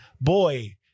boy